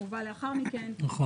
אלא הוא הובא לאחר מכן --- נכון.